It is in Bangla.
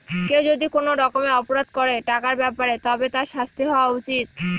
কেউ যদি কোনো রকমের অপরাধ করে টাকার ব্যাপারে তবে তার শাস্তি হওয়া উচিত